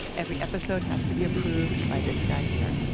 every episode has to be approved by this guy here